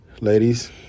Ladies